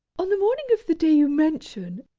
on the morning of the day you mention,